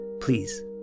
Please